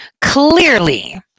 clearly